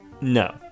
No